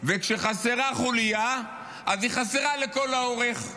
וכשחסרה חוליה אז היא חסרה לכל האורך.